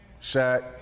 Shaq